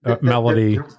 Melody